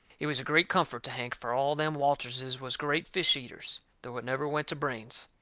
it was a great comfort to hank, fur all them walterses was great fish eaters, though it never went to brains.